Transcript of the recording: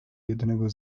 jednego